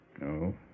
No